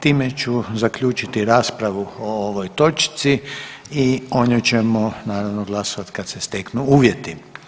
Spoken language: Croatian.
Time ću zaključiti raspravu o ovoj točci i o njoj ćemo naravno glasovat kad se steknu uvjeti.